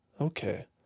Okay